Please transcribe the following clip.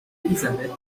élisabeth